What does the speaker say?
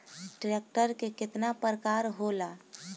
Tractor के केतना प्रकार होला?